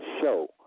show